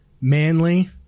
Manly